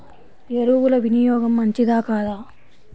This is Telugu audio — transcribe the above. ఎరువుల వినియోగం మంచిదా కాదా?